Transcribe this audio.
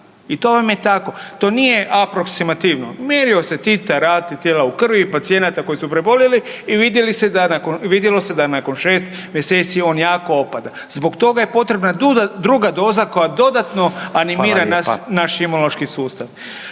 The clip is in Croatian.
i to vam je tako. To nije aproksimativno, mjerio se titar antitijela u krvi pacijenata koji su preboljeli i vidjelo se da nakon šest mjeseci on jako opada, zbog toga je potrebna druga doza koja dodatno animira naš imunološki sustav